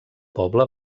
poble